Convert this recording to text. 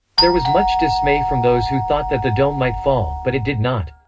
there was much dismay from those who thought that the dome might fall, but it did not.